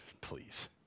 Please